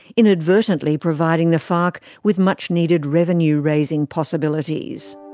inadvertently providing the farc with much needed revenue raising possibilities.